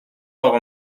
اقا